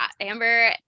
Amber